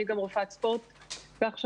אני גם רופאת ספורט בהכשרתי.